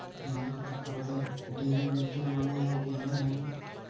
ನಾಲ್ಕ್ ಪ್ರಕಾರದ್ ಡೆರಿವೆಟಿವ್ ಗಳು ಯಾವ್ ಯಾವವ್ಯಾವು?